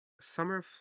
summer